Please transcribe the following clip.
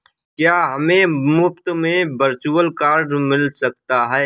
क्या हमें मुफ़्त में वर्चुअल कार्ड मिल सकता है?